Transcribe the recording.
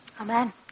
Amen